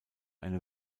eine